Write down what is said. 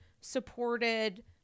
supported